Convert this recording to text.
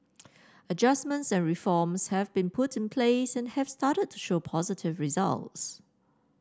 adjustments and reforms have been put in place and have started to show positive results